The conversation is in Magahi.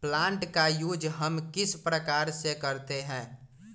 प्लांट का यूज हम किस प्रकार से करते हैं?